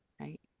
right